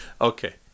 Okay